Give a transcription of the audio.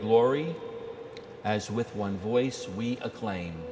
glory as with one voice we a claim